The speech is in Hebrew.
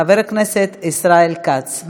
חבר הכנסת ישראל כץ.